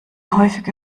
häufige